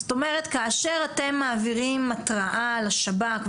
זאת אומרת כאשר אתם מעבירים התראה לשב"כ,